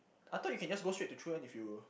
I thought you can just go straight to true end if you